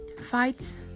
fights